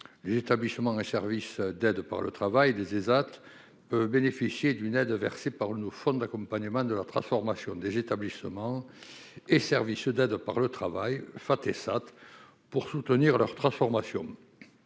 l'Établissement et service d'aide par le travail des ESAT peut bénéficier d'une aide versée par l'nos fonds d'accompagnement de la transformation des établissements et service d'aide par le travail, Fateh Sat pour soutenir leur transformation